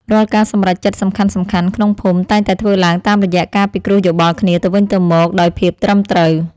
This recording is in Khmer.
រាល់ការសម្រេចចិត្តសំខាន់ៗក្នុងភូមិតែងតែធ្វើឡើងតាមរយៈការពិគ្រោះយោបល់គ្នាទៅវិញទៅមកដោយភាពត្រឹមត្រូវ។